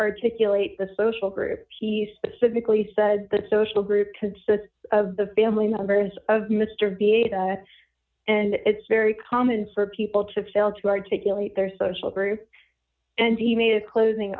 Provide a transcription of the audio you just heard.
articulate the social group he specifically said that social group consists of the family members of mr b a that and it's very common for people to fail to articulate their social group and he made a closing